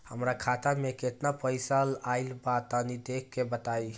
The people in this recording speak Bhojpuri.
हमार खाता मे केतना पईसा आइल बा तनि देख के बतईब?